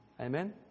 Amen